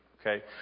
okay